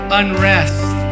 unrest